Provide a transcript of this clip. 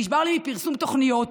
נשבר לי מפרסום תוכניות,